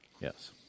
yes